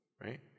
right